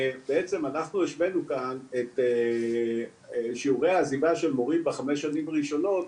בעצם אנחנו השווינו כאן את שיעורי העזיבה של מורים בחמש שנים הראשונות.